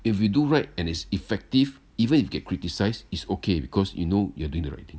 if you do right and is effective even if you get criticised is okay because you know you're doing the right thing